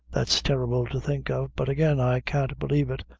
that's terrible to think of but again, i can't believe it.